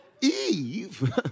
Eve